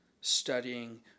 studying